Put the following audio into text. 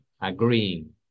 agreeing